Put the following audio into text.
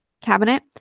cabinet